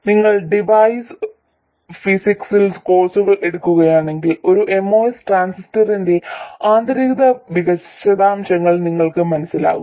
നിങ്ങൾ ഡിവൈസ് ഫിസിക്സിൽ കോഴ്സുകൾ എടുക്കുകയാണെങ്കിൽ ഒരു MOS ട്രാൻസിസ്റ്ററിന്റെ ആന്തരിക വിശദാംശങ്ങൾ നിങ്ങൾക്ക് മനസ്സിലാകും